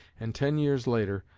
and ten years later,